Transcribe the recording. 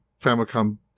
Famicom